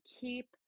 keep